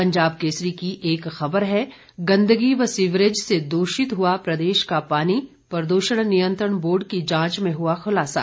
पंजाब केसरी की एक खबर है गंदगी व सीवरेज से दूषित हुआ प्रदेश का पानी प्रदूषण नियंत्रण बोर्ड की जांच में हुआ खुलासा